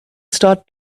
start